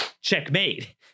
Checkmate